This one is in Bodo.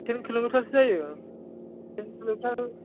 थिन किल'मिटारसो जायो थिन किल'मिटार